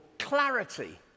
clarity